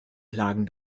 plagen